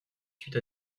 suite